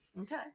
Okay